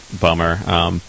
bummer